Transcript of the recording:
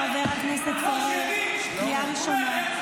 חבר הכנסת פורר, קריאה ראשונה.